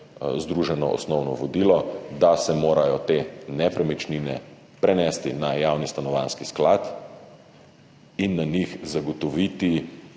združeno osnovno vodilo – da se morajo te nepremičnine prenesti na Javni stanovanjski sklad in na njih zagotoviti